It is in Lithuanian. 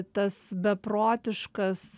tas beprotiškas